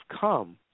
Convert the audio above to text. come